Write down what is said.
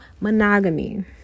monogamy